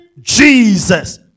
Jesus